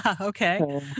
Okay